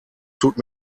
tut